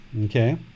okay